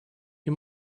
you